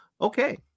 Okay